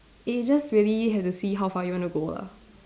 it is just really have to see how far you wanna go lah